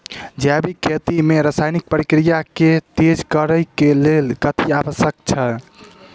जैविक खेती मे रासायनिक प्रक्रिया केँ तेज करै केँ कऽ लेल कथी आवश्यक छै?